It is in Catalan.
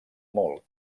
molt